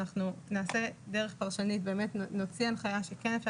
אנחנו נעשה דרך פרשנית ונוציא הנחיה שכן אפשר